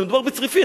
מדובר בצריפין.